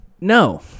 No